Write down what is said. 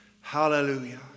hallelujah